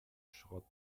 schrott